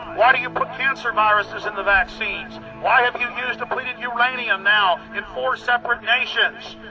why do you put cancer viruses in the vaccines, why have you used depleted uranium now in four separate nations,